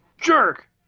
jerk